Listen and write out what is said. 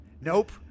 Nope